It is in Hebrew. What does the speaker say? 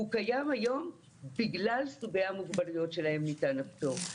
הוא קיים היום בגלל סוגי המוגבלויות שלהם ניתן הפטור.